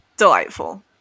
Delightful